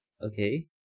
okay